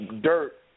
dirt